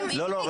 אם --- לא,